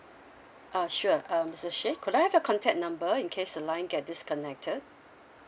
ah sure um mister sheikh could I have your contact number in case the line get disconnected